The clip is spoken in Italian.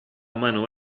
mano